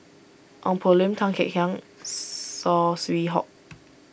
Ong Poh Lim Tan Kek Hiang Saw Swee Hock